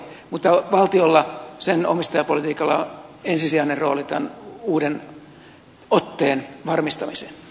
mutta valtiolla sen omistajapolitiikalla on ensisijainen rooli tämän uuden otteen varmistamisessa